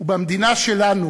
ובמדינה שלנו